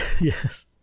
Yes